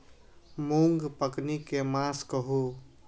मूँग पकनी के मास कहू?